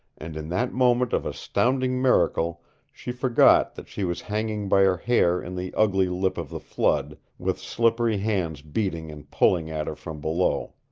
and in that moment of astounding miracle she forgot that she was hanging by her hair in the ugly lip of the flood, with slippery hands beating and pulling at her from below.